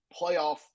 playoff